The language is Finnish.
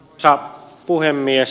arvoisa puhemies